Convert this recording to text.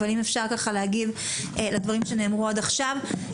אבל אם אפשר להגיב לדברים שנאמרו עד עכשיו.